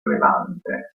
levante